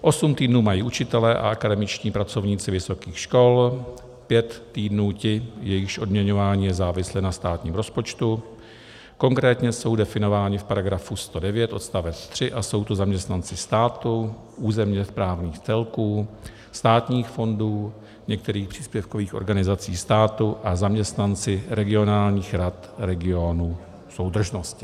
Osm týdnů mají učitelé a akademičtí pracovníci vysokých škol, pět týdnů ti, jejichž odměňování je závislé na státním rozpočtu, konkrétně jsou definováni v § 109 odst. 3 a jsou to zaměstnanci státu, územně správních celků, státních fondů, některých příspěvkových organizací státu a zaměstnanci regionální rad regionů soudržnosti.